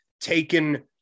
taken